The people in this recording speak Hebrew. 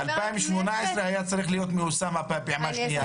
ב-2018 היה צריך להיות מיושם פעימה שנייה.